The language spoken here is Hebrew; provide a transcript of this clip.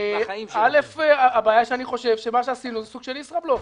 אני חושב שמה שעשינו זה סוג של ישראבלוף,